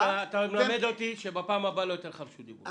- אתה מלמד אותי שפעם הבאה לא אתן לך רשות דיבור.